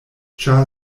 ĉar